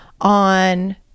on